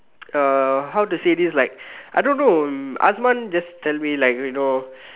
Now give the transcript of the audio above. uh how to say this like I don't know Asman just tell me like you know